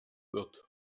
wird